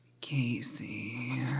Casey